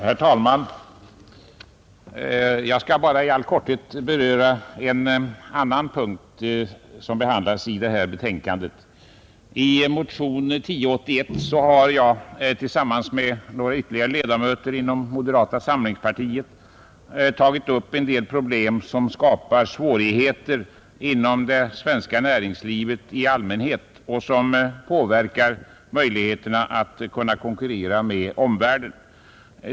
Herr talman! Jag skall bara i all korthet beröra en annan punkt som behandlas i detta utskottsbetänkande. I motionen 1081 har jag tillsammans med några ledamöter från moderata samlingspartiet tagit upp en hel del problem som skapar svårigheter inom det svenska näringslivet i allmänhet och som påverkar våra möjligheter att konkurrera med omvärlden.